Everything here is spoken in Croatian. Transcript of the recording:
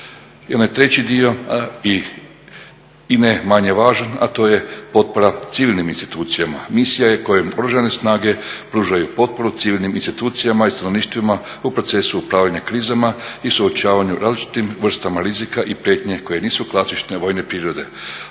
treći dio i ne manje važan, a to je potpora civilnim institucijama, misija je kojom Oružane snage pružaju potporu civilnim institucijama i stanovništvima u procesu upravljanja krizama i suočavanju različitih vrstama rizika i prijetnje koje nisu klasične vojne prirode,